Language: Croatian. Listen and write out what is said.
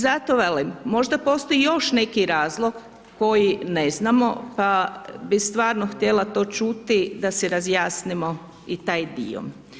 Zato velim, možda postoji još neki razlog koji ne znamo pa bih stvarno htjela to čuti da si razjasnimo i taj dio.